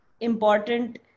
important